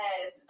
Yes